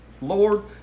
Lord